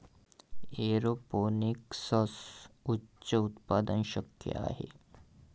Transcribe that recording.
एरोपोनिक्ससह उच्च उत्पादन शक्य आहे